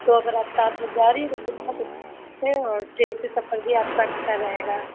तो अगर आप सात लोग जा रही हैं तब तो बहुत अच्छा है और ट्रेन से सफ़र भी आपका अच्छा रहेगा